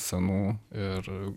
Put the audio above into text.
senų ir